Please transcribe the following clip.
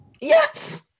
Yes